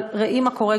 אבל ראו מה קורה,